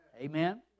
amen